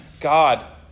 God